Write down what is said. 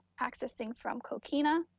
accessing from coquina,